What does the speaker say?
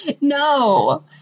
No